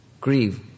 grieve